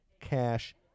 cash